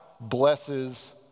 blesses